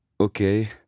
Okay